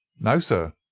no, sir.